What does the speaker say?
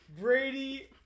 Brady